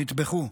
נטבחו,